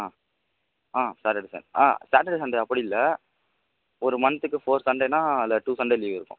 ஆ ஆ Saturday Sunday ஆ Saturday Sunday அப்படி இல்லை ஒரு மந்த்துக்கு ஃபோர் சண்டேனா அதில் டூ சண்டே லீவ் இருக்கும்